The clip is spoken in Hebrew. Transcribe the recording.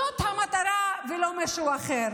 זאת המטרה, ולא משהו אחר.